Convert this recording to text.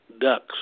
ducks